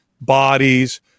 bodies